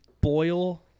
boil